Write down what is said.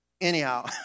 anyhow